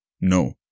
No